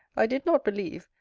i did not believe,